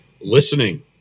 listening